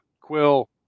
Quill